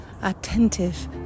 attentive